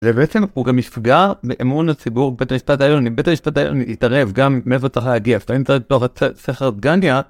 זה בעצם הוא גם יפגע באמון הציבור בית המשפט העליון, אם בית המשפט העליון יתערב גם מאיפה צריך להגיע לפעמים צריכים לתפוח את סכרת דגניה